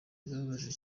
birababaje